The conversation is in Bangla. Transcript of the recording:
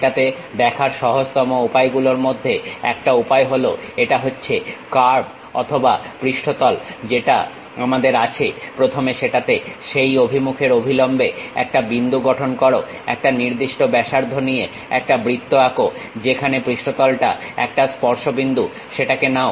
সেটাতে দেখার সহজতম উপায়গুলোর মধ্যে একটা উপায় হলো এটা হচ্ছে কার্ভ অথবা পৃষ্ঠতল যেটা আমাদের আছে প্রথমে সেটাতে সেই অভিমুখের অভিলম্বে একটা বিন্দু গঠন করো একটা নির্দিষ্ট ব্যাসার্ধ নিয়ে একটা বৃত্ত আঁকো যেখানে পৃষ্ঠতলটা একটা স্পর্শবিন্দু সেটাকে নাও